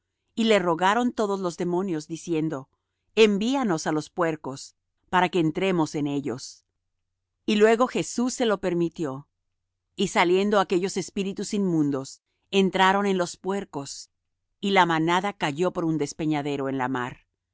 y le rogaron todos los demonios diciendo envíanos á los puercos para que entremos en ellos y luego jesús se lo permitió y saliendo aquellos espíritus inmundos entraron en los puercos y la manada cayó por un despeñadero en la mar